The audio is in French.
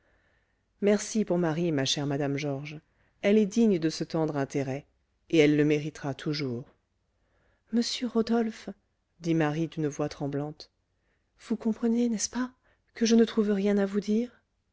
merci pour marie ma chère madame georges elle est digne de ce tendre intérêt et elle le méritera toujours monsieur rodolphe dit marie d'une voix tremblante vous comprenez n'est-ce pas que je ne trouve rien à vous dire